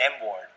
M-Ward